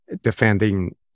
defending